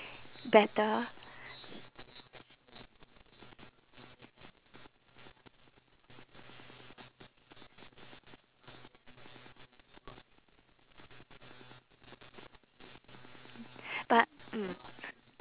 better but mm